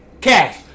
Cash